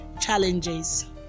challenges